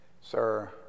Sir